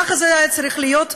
כך זה היה צריך להיות,